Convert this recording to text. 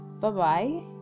Bye-bye